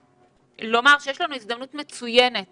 יש לנו הזדמנות מצוינת